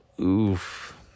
oof